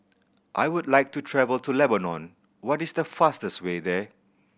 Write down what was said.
I would like to travel to Lebanon what is the fastest way there